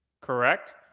Correct